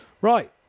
Right